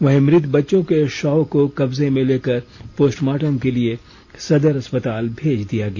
वहीं मृत बच्चों के शव को कब्जे में लेकर पोस्टमार्टम के लिए सदर अस्पताल भेज दिया गया